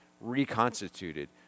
reconstituted